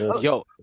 Yo